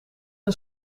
een